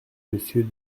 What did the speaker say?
monsieur